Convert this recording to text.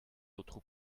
aotrou